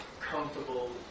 comfortable